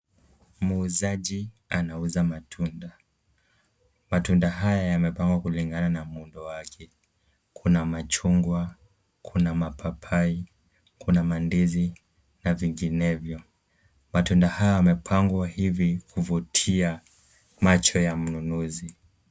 Muuzaji anauza matunda. Matunda haya yamepangwa kulingana na muundo wake. Kuna machungwa, kuna mapapai, kuna mandizi na vinginevyo. Matunda haya yamepangwa hivi, kuvutia macho ya mnunuzi.